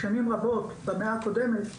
בכלל של הממשק בין החינוך הממלכתי והחרדי,